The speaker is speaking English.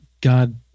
God